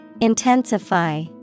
Intensify